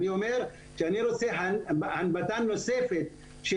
אני אומר שאני רוצה הנבטה נוספת של